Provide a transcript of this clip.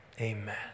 amen